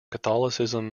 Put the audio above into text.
catholicism